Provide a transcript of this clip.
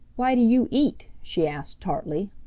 why do you eat? she asked tartly.